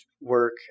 work